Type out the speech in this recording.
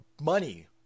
money